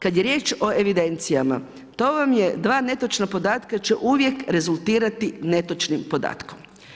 Kada je riječ o evidencijama to vam je dva netočna podatka će uvijek rezultirati netočnim podatkom.